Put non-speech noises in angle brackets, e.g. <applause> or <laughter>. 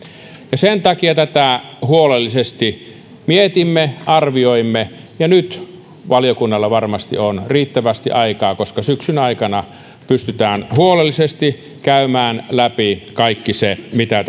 ja sen takia tätä huolellisesti mietimme arvioimme nyt valiokunnalla varmasti on riittävästi aikaa koska syksyn aikana pystytään huolellisesti käymään läpi kaikki se mitä <unintelligible>